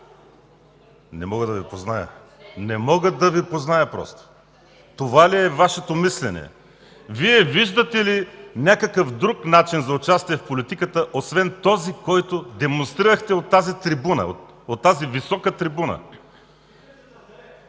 Не мога да Ви позная! Не мога да Ви позная просто! Това ли е Вашето мислене?! Вие виждате ли някакъв друг начин за участие в политиката освен този, който демонстрирахте от тази трибуна,